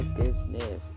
business